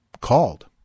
called